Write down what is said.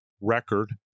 record